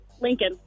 Lincoln